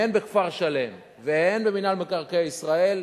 הן בכפר-שלם והן במינהל מקרקעי ישראל,